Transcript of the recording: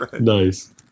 Nice